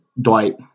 Dwight